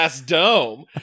dome